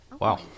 Wow